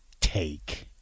take